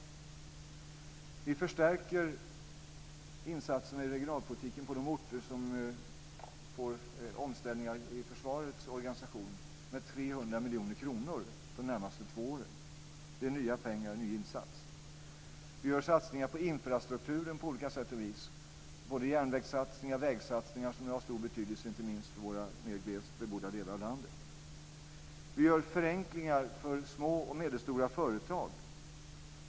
Vi förstärker insatserna i regionalpolitiken på de orter som får omställningar i försvarets organisation med 300 miljoner kronor de närmaste två åren. Det är nya pengar, och en ny insats. Vi gör satsningar på infrastrukturen på olika sätt och vis. Det gäller både järnvägssatsningar och vägsatsningar, som har betydelse inte minst för våra glest bebyggda delar av landet. Vi gör förenklingar för små och medelstora företag.